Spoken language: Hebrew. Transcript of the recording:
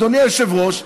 אדוני היושב-ראש,